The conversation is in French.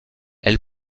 elle